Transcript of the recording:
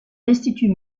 l’institut